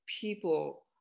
people